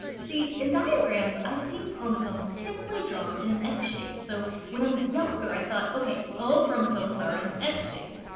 see, in diagrams, i've seem chromosomes typically drawn in a x shape so when i was younger, i thought, okay, all chromosomes are an x shape.